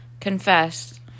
confess